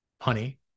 honey